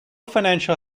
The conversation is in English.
financial